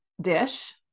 dish